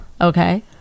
okay